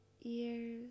ears